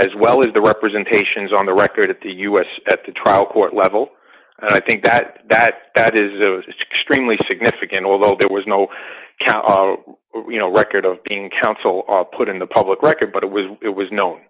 as well as the representation is on the record at the us at the trial court level i think that that that is a strictly significant although there was no count you know record of being counsel put in the public record but it was it was kno